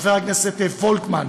חבר הכנסת פולקמן,